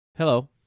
Hello